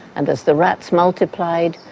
and as the rats multiplied,